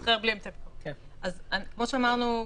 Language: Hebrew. כן,